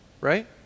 Right